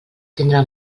tindrà